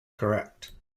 correct